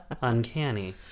uncanny